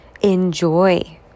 enjoy